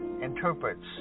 interprets